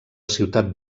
ciutat